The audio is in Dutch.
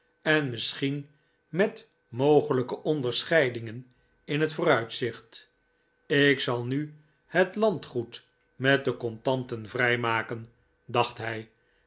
en misschien met mogelijke onderscheidingen in het vooruitzicht ik zal nu het landgoed met de contanten vrij maken dacht hij